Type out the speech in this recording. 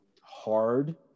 hard